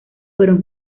fueron